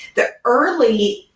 the early,